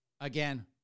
Again